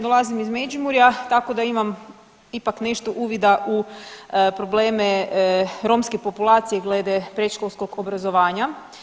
Dolazim iz Međimurja, tako da imam ipak nešto uvida u probleme romske populacije glede predškolskog obrazovanja.